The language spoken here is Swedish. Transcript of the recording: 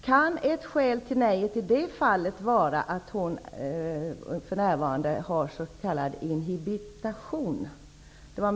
Kan ett skäl till avslaget i det fallet vara att kvinnan för närvarande har fått ett s.k. inhibitionsbeslut?